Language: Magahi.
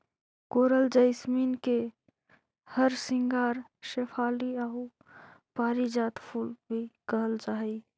कोरल जैसमिन के हरसिंगार शेफाली आउ पारिजात फूल भी कहल जा हई